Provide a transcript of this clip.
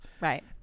Right